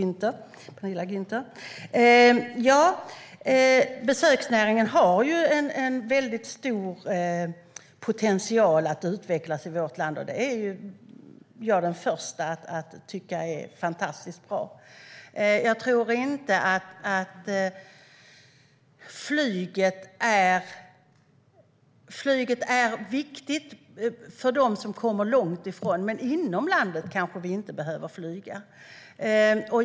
Herr talman! Besöksnäringen har en stor potential att utvecklas i vårt land. Det är jag den första att tycka är fantastiskt bra. Flyget är viktigt för dem som kommer långt ifrån, men inom landet kanske vi inte behöver flyga.